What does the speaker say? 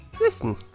Listen